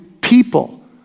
people